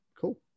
cool